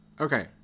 Okay